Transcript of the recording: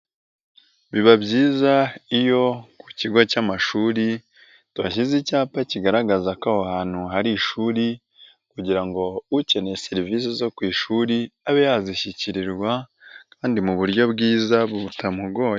Biba byiza iyo ku kigo cy'amashuri tuhashyize icyapa kigaragaza ko aho hantu hari ishuri, kugira ngo ukeneye serivisi zo ku ishuri abe yazishyikirirwa kandi mu buryo bwiza butamugoye.